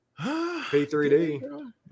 P3D